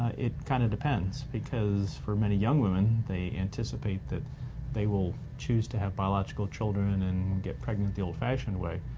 it kinda kind of depends, because for many young women they anticipate that they will choose to have biological children and get pregnant the old-fashioned way.